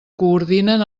coordinen